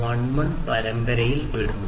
11 പരമ്പരയിൽ പെടുന്നു